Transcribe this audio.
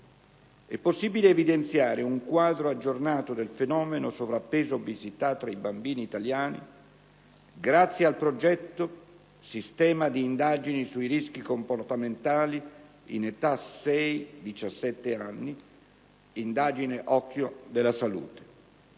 È possibile evidenziare un quadro aggiornato del fenomeno sovrappeso ed obesità tra i bambini italiani grazie al progetto "Sistema di indagini sui rischi comportamentali in età sei-diciassette anni: indagine Okkio alla salute",